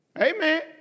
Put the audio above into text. Amen